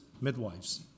midwives